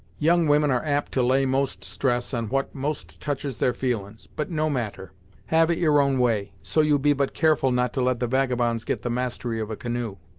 young women are apt to lay most stress on what most touches their feelin's but no matter have it your own way, so you be but careful not to let the vagabonds get the mastery of a canoe.